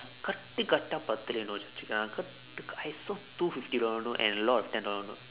கட்டு கட்டா பத்து வெள்ளி:katdu katdaa paththu velli notes இருந்தது:irundthathu uh கட்டு:katdu I saw two fifty dollar note and a lot of ten dollar note